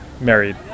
married